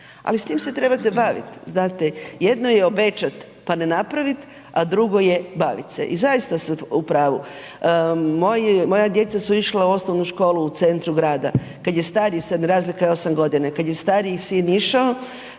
ali s tim se trebate bavit, znate jedno je obećat pa ne napravit, a drugo je bavit se, i zaista ste u pravu. Moja djeca su išla u osnovnu školu u centru grada, kad je stariji, razlika je osam godina, i kad je stariji sin išao,